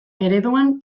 ereduan